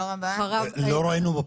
לא ראינו,